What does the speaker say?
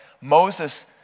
Moses